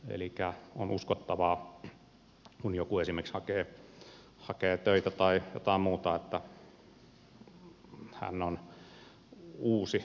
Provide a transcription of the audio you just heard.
elikkä on uskottavaa kun joku esimerkiksi hakee töitä tai jotain muuta että hän on uusi uudesti syntynyt henkilö